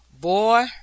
Boy